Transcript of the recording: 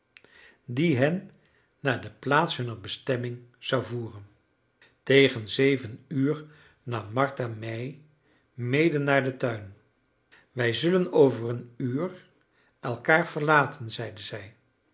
die hen naar de plaats hunner bestemming zou voeren tegen zeven uur nam martha mij mede naar den tuin wij zullen over een uur elkaar verlaten zeide zij